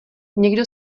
někdo